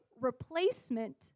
replacement